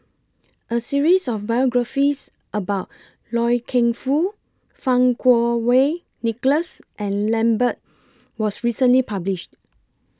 A series of biographies about Loy Keng Foo Fang Kuo Wei Nicholas and Lambert was recently published